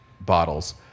bottles